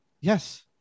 Yes